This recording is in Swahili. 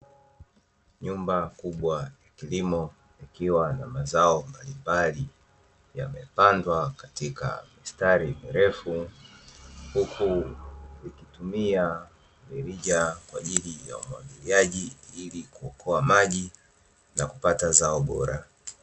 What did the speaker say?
Nyumba kubwa ya kilimo, ikiwa na mazao mbalimbali yamepandwa katika mistari mirefu, huku wakitumia mirija kwa ajili ya umwagiliaji ili kuokoa maji na kupata zao bora.